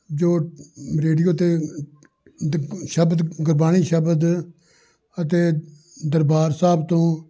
ਜੋ ਰੇਡੀਓ 'ਤੇ ਦ ਸ਼ਬਦ ਗੁਰਬਾਣੀ ਸ਼ਬਦ ਅਤੇ ਦਰਬਾਰ ਸਾਹਿਬ ਤੋਂ